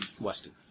Weston